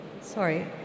Sorry